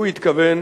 הוא התכוון